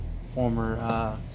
former